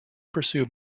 pursue